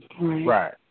Right